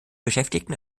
beschäftigten